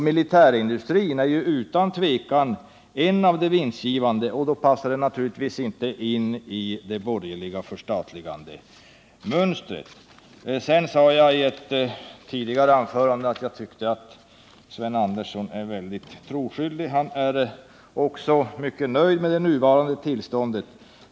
Militärindustrin är utan tvivel en av de vinstgivande branscherna, och då passar den naturligtvis inte in i det borgerliga förstatligandemönstret. I ett tidigare anförande sade jag att jag tyckte att Sven Andersson är väldigt 141 troskyldig. Han är också mycket nöjd med det nuvarande tillståndet.